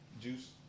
Juice